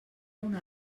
una